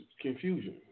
confusion